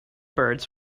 birds